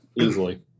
easily